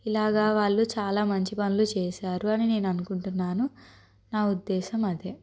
ఇలాగ వాళ్ళు చాలా మంచి పనులు చేసారు అని నేను అనుకుంటున్నాను నా ఉద్దేశం అదే